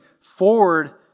forward